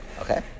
Okay